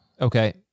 Okay